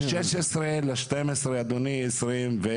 ב-16.12.2021.